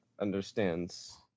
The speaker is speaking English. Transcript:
understands